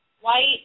white